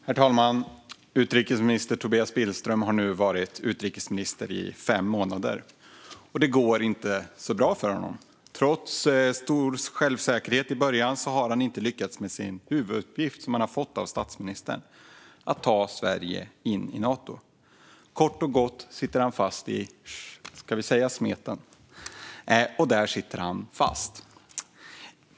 Herr talman! Tobias Billström har nu varit utrikesminister i fem månader, och det går inte så bra för honom. Trots stor självsäkerhet i början har han inte lyckats med den huvuduppgift han har fått av statsministern: att ta Sverige in i Nato. Kort och gott sitter han i, ska vi säga smeten, och där sitter han fast.